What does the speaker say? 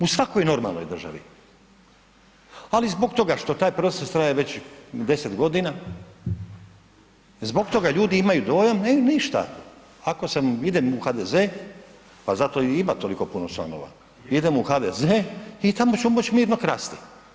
U svakoj normalnoj državi, ali zbog toga što taj proces traje već 10 godina, zbog toga ljudi imaju dojam, ne ništa, ako sam idem u HDZ, pa zato i ima toliko puno članova, idem u HDZ i tamo ću moći mirno krasti.